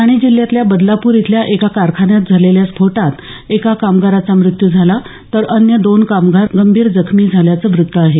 ठाणे जिल्ह्यातल्या बदलापूर इथल्या एका कारखान्यात झालेल्या स्फोटात एका कामगाराचा मृत्यू झाला तर अन्य दोन कामगार गंभीर जखमी झाल्याचं वृत्त आहे